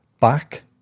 back